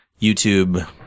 YouTube